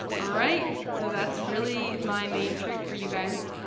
alright, so that's really my main trick for you guys.